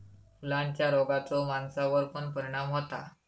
फुलांच्या रोगाचो माणसावर पण परिणाम होता